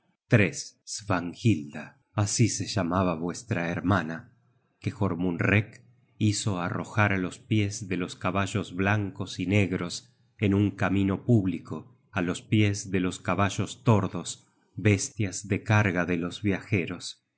at svanhilda así se llamaba vuestra hermana que jormunrek hizo arrojar á los pies de los caballos blancos y negros en un camino público á los pies de los caballos tordos bestias de carga de los viajeros